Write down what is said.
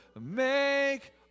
make